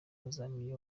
bazamenya